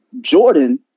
Jordan